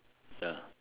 ya